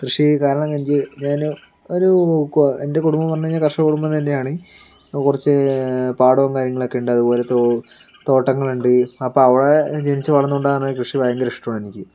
കൃഷി കാരണം എനിക്ക് ഞാൻ ഒരു എൻ്റെ കുടുംബം പറഞ്ഞാൽ കർഷക കുടുംബം തന്നെയാണ് കുറച്ച് പാടവും കാര്യങ്ങളൊക്കെയുണ്ട് അതുപോലെ തോ തോട്ടങ്ങളുണ്ട് അപ്പോൾ അവിടെ ജനിച്ച് വളർന്നത് കൊണ്ടാണ് കൃഷി ഭയങ്കര ഇഷ്ടമാണെനിക്ക്